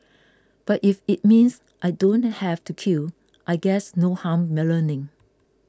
but if it means I don't have to queue I guess no harm learning